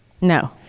No